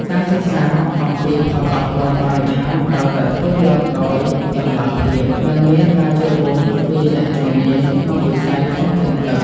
ការសិក្សាអំពីផលប៉ះពាល់បរិស្ថានត្រូវតែធ្វើឡើងដោយតម្លាភាព និងមានការចូលរួមពីអ្នកជំនាញក្នុងវិស័យធនធានទឹក។